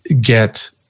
get